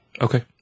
Okay